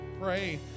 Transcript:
pray